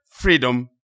Freedom